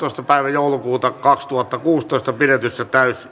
kahdestoista kahdettatoista kaksituhattakuusitoista pidetyssä